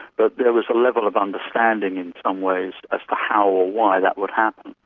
but there was a level of understanding, in some ways, as to how or why that would happen.